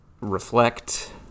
reflect